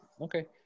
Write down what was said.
Okay